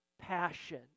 Passion